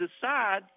decide